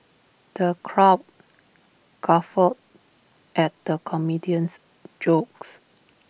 the crowd guffawed at the comedian's jokes